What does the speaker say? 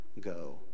go